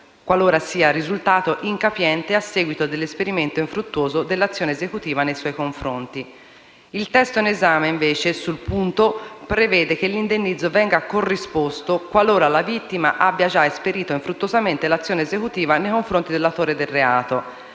qualora sia risultato incapiente a seguito dell'esperimento infruttuoso dell'azione esecutiva nei suoi confronti. Il testo in esame, invece, sul punto prevede che l'indennizzo venga corrisposto qualora la vittima abbia già esperito infruttuosamente l'azione esecutiva nei confronti dell'autore del reato,